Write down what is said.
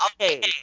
Okay